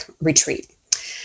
retreat